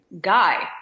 guy